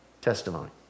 testimony